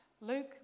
Luke